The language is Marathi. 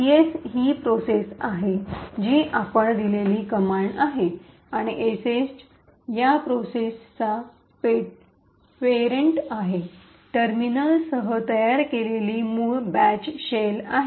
"ps" हि प्रोसेसेस आहे जी आपण दिलेली कमांड आहे आणि "sh" या प्रोसेसेस चा पेरन्ट आहे टर्मिनल सह तयार केलेली मूळ बॅच शेल येथे आहे